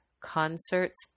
concerts